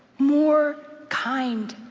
more kind,